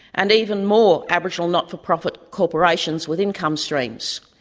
and even more aboriginal not for profit corporations with income streams,